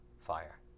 fire